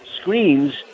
screens